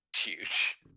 huge